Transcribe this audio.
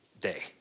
day